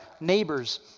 neighbors